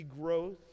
growth